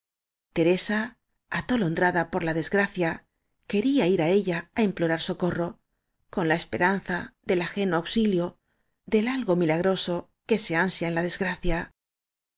teresa atolondrada por la desgracia quería ir á ella á implorar socorro con la esperanza del ageno auxilio del algo milagroso que se ansia en la desgracia